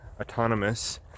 autonomous